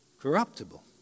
corruptible